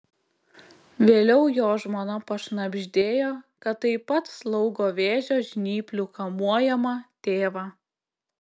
vėliau jo žmona pašnabždėjo kad taip pat slaugo vėžio žnyplių kamuojamą tėvą